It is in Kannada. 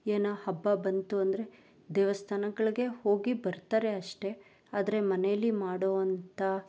ಏನೋ ಹಬ್ಬ ಬಂತು ಅಂದರೆ ದೇವಸ್ಥಾನಗಳ್ಗೆ ಹೋಗಿ ಬರ್ತಾರೆ ಅಷ್ಟೇ ಆದರೆ ಮನೆಯಲ್ಲಿ ಮಾಡುವಂಥ